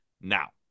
Now